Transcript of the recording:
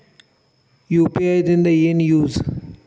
UPI ದಿಂದ ಏನು use?